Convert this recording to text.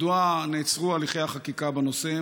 מדוע נעצרו הליכי החקיקה בנושא?